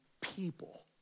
people